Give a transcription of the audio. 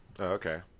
Okay